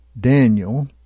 Daniel